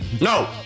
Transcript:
No